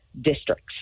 districts